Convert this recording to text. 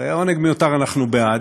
ועונג מיותר, אנחנו בעד.